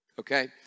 Okay